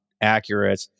accurate